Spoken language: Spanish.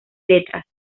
letras